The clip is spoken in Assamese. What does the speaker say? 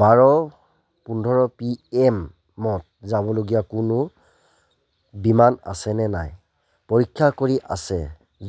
বাৰ পোন্ধৰ পি এম ত যাবলগীয়া কোনো বিমান আছে নে নাই পৰীক্ষা কৰি আছে